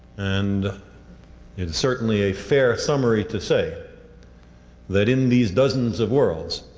and it's certainly a fair summary to say that in these dozens of worlds,